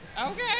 Okay